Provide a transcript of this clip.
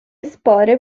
spore